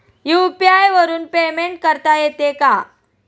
UPI वरून payment करता येते का?